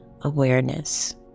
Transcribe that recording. awareness